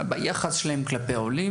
ביחס שלהם כלפי העולים.